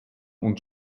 und